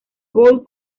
gold